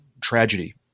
tragedy